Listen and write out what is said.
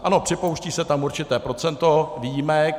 Ano, připouští se tam určité procento výjimek.